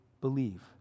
believe